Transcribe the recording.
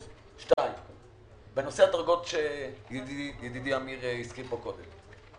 בנושא הדרגות שידידי אמיר הזכיר כאן קודם.